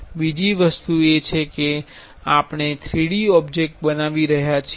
બીજી વસ્તુ એ છે કે આપણે 3D ઓબ્જેક્ટ બનાવી રહ્યા છીએ